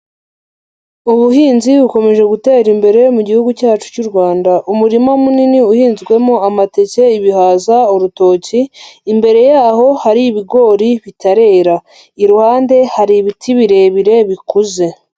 Ubuhinzi bukomeje gutera imbere mu Gihugu cyacu cy'u Rwanda umurima munini uhinzwemo amateke, ibihaza, urutoki. Imbere yaho hari ibigori bitarera. Iruhande hari ibiti birebire bikuze.